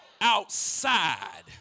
Outside